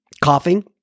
coughing